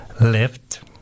left